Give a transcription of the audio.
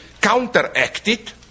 counteracted